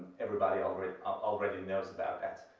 everybody already ah already know about that.